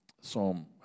Psalm